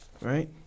right